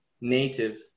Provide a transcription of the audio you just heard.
native